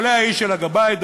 עולה האיש אל הגבאי,